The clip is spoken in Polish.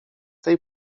tej